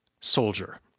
soldier